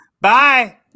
Bye